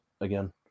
again